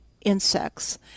insects